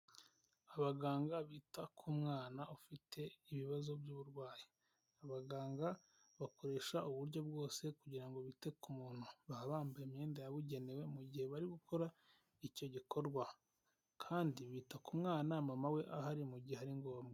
Abaganga bita ku mwana ufite ibibazo by'uburwayi, abaganga bakoresha uburyo bwose kugira ngo bite ku muntu baba bambaye imyenda yabugenewe mu gihe bari gukora icyo gikorwa kandi bita ku mwana mama we ahari mu mu gihe ari ngombwa.